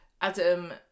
Adam